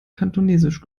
kantonesisch